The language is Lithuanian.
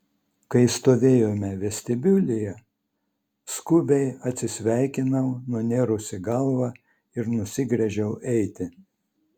kai stovėjome vestibiulyje skubiai atsisveikinau nunėrusi galvą ir nusigręžiau eiti